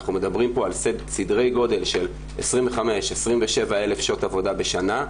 אנחנו מדברים פה על סדרי גודל של 27,000-25,000 שעות עבודה בשנה,